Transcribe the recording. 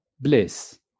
bliss